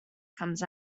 comes